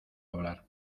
hablar